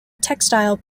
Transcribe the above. textile